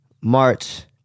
March